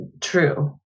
true